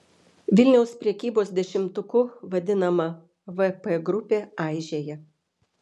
vilniaus prekybos dešimtuku vadinama vp grupė aižėja